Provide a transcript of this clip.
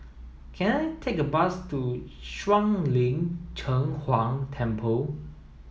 can I take a bus to Shuang Lin Cheng Huang Temple